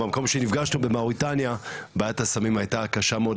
במקום שנפגשנו במאוריטניה בעיית הסמים הייתה קשה מאוד,